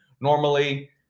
normally